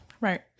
Right